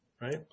right